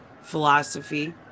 philosophy